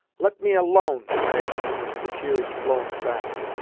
let me alone! i exclaimed, the tears flowing fast.